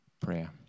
prayer